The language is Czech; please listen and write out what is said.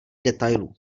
detailů